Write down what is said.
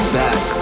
back